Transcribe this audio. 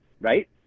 right